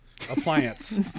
appliance